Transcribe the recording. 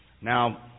Now